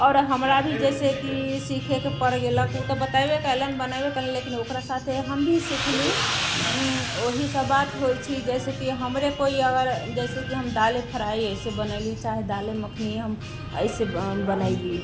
आओर हमरा भी जैसे कि सीखेके पड़ गेलक उ तऽ बतैबे केलन लेकिन ओकरा साथे हम भी सीखली जैसे कि हमरे कोइ अगर जैसे कि हम दाले फ्राइ ऐसे बनैली चाहे दाले मखनी हम ऐसे बनैली